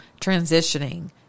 transitioning